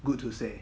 good to say